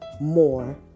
more